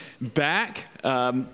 back